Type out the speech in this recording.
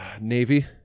Navy